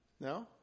No